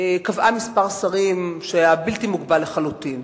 קבעה מספר שרים שהיה בלתי מוגבל לחלוטין.